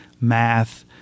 math